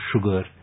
sugar